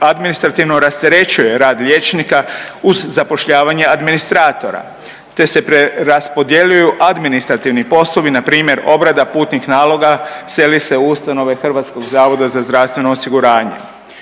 administrativno rasterećuje rad liječnika uz zapošljavanje administratora, te se preraspodjeljuju administrativni poslovi na primjer obrada putnih naloga seli se u ustanove Hrvatskog zavoda za zdravstveno osiguranje.